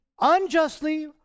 unjustly